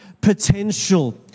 potential